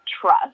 trust